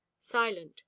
silent